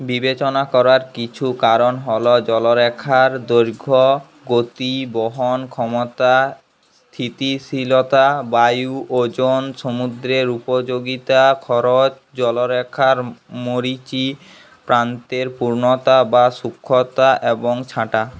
বিবেচনা করার কিছু কারণ হলো জলরেখার দৈর্ঘ্য গতি বহন ক্ষমতা স্থিতিশীলতা বায়ু ওজন সমুদ্রের উপযোগীতা খরচ জলরেখার মরীচি প্রান্তের পূর্ণতা বা সূক্ষ্মতা এবং ছাঁটা